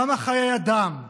כמה חיי אדם,